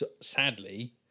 sadly